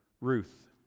Ruth